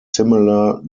similar